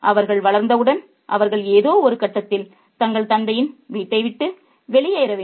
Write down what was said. அவர்கள் வளர்ந்தவுடன் அவர்கள் ஏதோ ஒரு கட்டத்தில் தங்கள் தந்தையின் வீட்டை விட்டு வெளியேற வேண்டும்